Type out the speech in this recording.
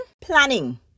planning